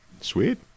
Sweet